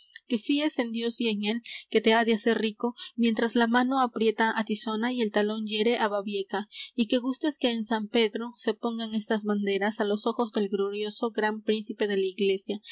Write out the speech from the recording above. que fíes en dios y en él que te ha de hacer rico mientras la mano aprieta á tizona y el talón hiere á babieca y que gustes que en san pedro se pongan estas banderas á los ojos del glorioso gran príncipe de la iglesia